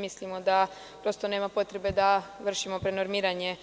Mislimo da prosto nema potrebe da vršimo prenormiranje